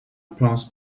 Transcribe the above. plans